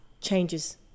changes